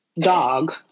dog